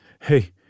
hey